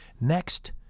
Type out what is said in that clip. Next